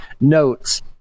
notes